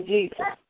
Jesus